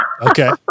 Okay